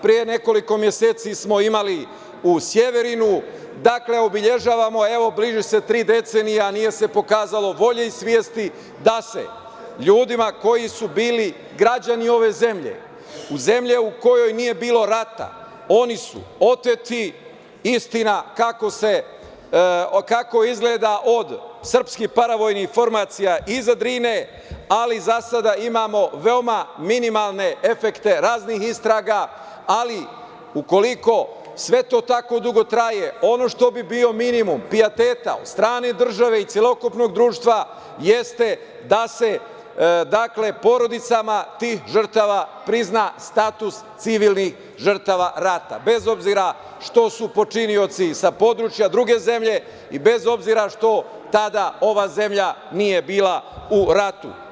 Pre nekoliko meseci smo imali u Severinu, dakle obeležavamo, bliži se tri decenije, a nije se pokazalo volje i svesti da se ljudima koji su bili građani ove zemlje, zemlje u kojoj nije bilo rata, oni su oteti, istina kako izgleda od srpskih paravojnih formacija iza Drine, ali za sada imamo veoma minimalne efekte raznih istraga, ali ukoliko sve to tako dugo traje, ono što bi bio minimum pijateta od strane države i celokupnog društva, jeste da se porodicama tih žrtava, prizna status civilnih žrtava rata, bez obzira što su počinioci sa područja druge zemlje i bez obzira što tada ova zemlja nije bila u ratu.